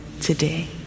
today